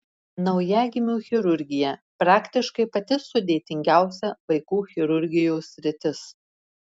naujagimių chirurgija praktiškai pati sudėtingiausia vaikų chirurgijos sritis